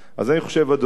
אדוני היושב-ראש,